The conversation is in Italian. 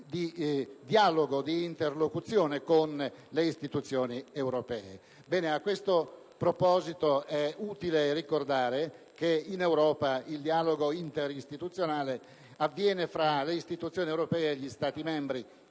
di dialogo e di interlocuzione con le istituzioni europee. Bene, a tale proposito è utile ricordare che in Europa il dialogo interistituzionale avviene fra le istituzioni europee ed i Governi